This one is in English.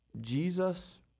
Jesus